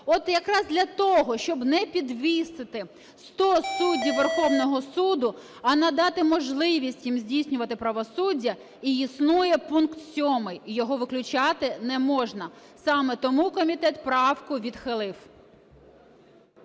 От якраз для того, щоб не підвісити 100 суддів Верховного Суду, а надати можливість їм здійснювати правосуддя, і існує пункт 7, його виключати не можна. Саме тому комітет правку відхилив.